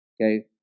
okay